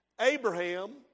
Abraham